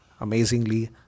amazingly